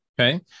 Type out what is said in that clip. Okay